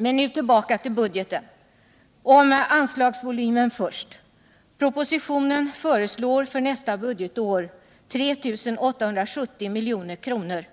Men nu tillbaka till budgeten — först om anslagsvolymen: Propositionen föreslår för nästa budgetår 3 870 milj.kr.,